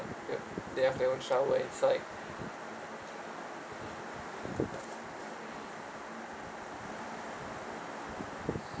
they they have their own shower inside